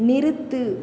நிறுத்து